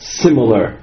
similar